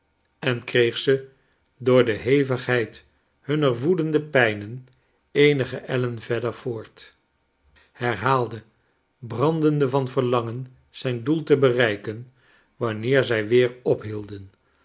en kreegze door de hevigheid hunner woedende pijnen eenige ellen verder voort herhaalde brandende van verlangen zijn doel te bereiken wanneer zij weer ophielden